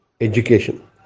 education